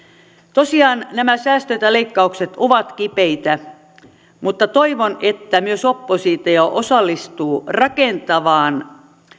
tosiaan nämä säästöt ja leikkaukset ovat kipeitä mutta toivon että myös oppositio osallistuu rakentavaan